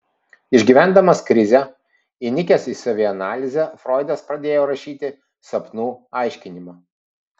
išgyvendamas krizę įnikęs į savianalizę froidas pradėjo rašyti sapnų aiškinimą